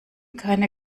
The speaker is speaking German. keine